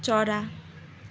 चरा